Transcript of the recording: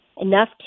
enough